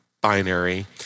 binary